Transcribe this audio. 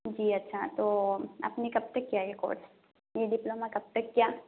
جی اچھا تو آپ نے کب تک کیا یہ کورس یہ ڈپلوما کب تک کیا